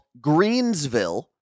Greensville